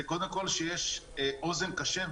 זה קודם כל שיש אוזן קשבת,